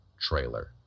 trailer